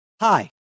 hi